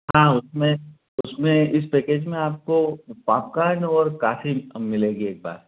हाँ उसमें उसमें इस पैकेज में आपको पॉपकार्न और काफ़ी भी मिलेगी एक बार